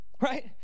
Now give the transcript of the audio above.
right